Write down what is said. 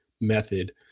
method